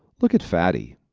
look at fatty,